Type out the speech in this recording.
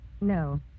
No